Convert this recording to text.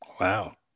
Wow